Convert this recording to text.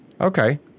Okay